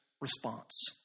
response